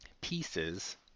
Pieces